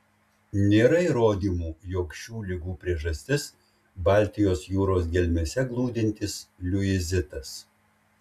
nėra įrodymų jog šių ligų priežastis baltijos jūros gelmėse glūdintis liuizitas